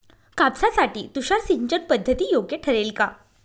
कापसासाठी तुषार सिंचनपद्धती योग्य ठरेल का?